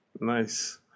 Nice